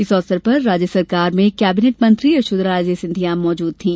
इस अवसर पर राज्य शासन मे कैबिनेट मंत्री यशोधराराजे सिंधिया मौजूद थीं